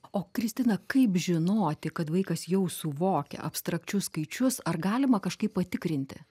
o kristina kaip žinoti kad vaikas jau suvokia abstrakčius skaičius ar galima kažkaip patikrinti